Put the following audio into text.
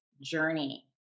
journey